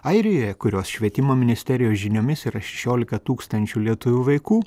airijoje kurios švietimo ministerijos žiniomis yra šešiolika tūkstančių lietuvių vaikų